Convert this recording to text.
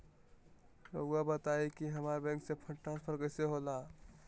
राउआ बताओ कि हामारा बैंक से फंड ट्रांसफर कैसे होला?